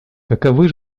каковы